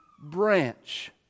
branch